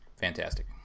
fantastic